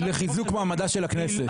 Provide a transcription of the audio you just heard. היא לחיזוק מעמד של הכנסת.